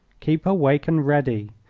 keep awake and ready!